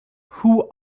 who